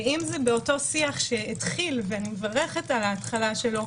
ואם זה באותו שיח שהתחיל ואני מברכת על ההתחלה שלו,